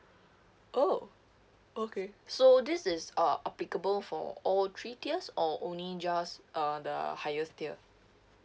oh okay so this is uh applicable for all three tiers or only just uh the highest tier